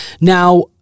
Now